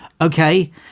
okay